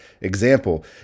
example